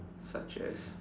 such as